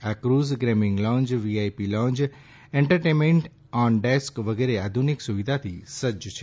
આ cruise gaming lounge VIP lounge entertainment on deck વગેરે આધુનિક સુવિધાથી સજ્જ છે